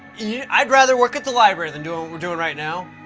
yeah i'd rather work at the library than do what we're doing right now.